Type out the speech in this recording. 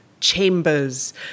chambers